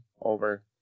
over